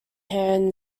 hand